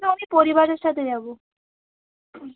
না আমি পরিবারের সাথে যাবো হুম